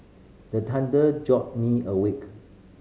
the thunder jolt me awake